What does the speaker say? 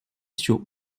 sur